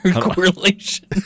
correlation